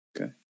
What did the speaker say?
Okay